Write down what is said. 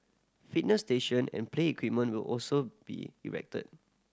fitness station and play equipment will also be erected